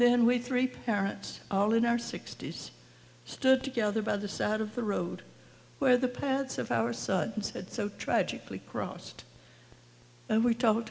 then we three parents all in our sixties stood together by the side of the road where the paths of our son said so tragically crossed and we talked